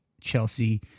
Chelsea